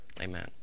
Amen